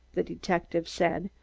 the detective said,